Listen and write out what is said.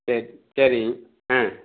சரி சரி ஆ